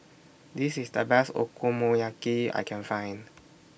This IS The Best Okonomiyaki I Can Find